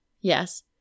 Yes